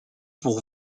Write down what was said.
pour